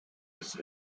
its